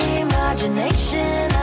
imagination